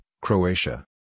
Croatia